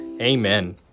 Amen